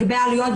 לגבי העלויות,